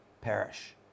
perish